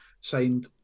signed